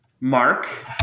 Mark